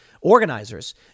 organizers